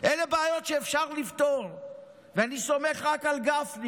לא משנה של-90% מהם אין ממ"ד,